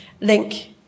link